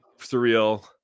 surreal